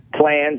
plans